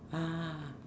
ah